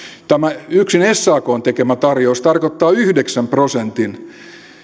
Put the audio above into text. yksin sakn tekemä tarjous tarkoittaa yhdeksän prosentin